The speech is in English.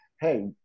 hey